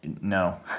No